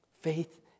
Faith